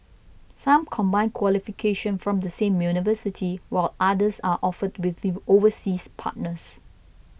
some combine qualification from the same university while others are offered with you overseas partners